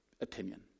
opinion